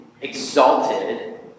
exalted